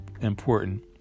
important